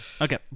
Okay